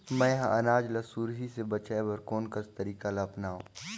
मैं ह अनाज ला सुरही से बचाये बर कोन कस तरीका ला अपनाव?